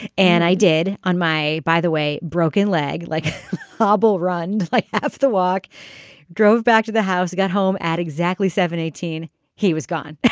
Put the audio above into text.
and i did on my by the way broken leg like ah double run like after the walk drove back to the house got home at exactly seven eighteen he was gone.